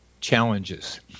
challenges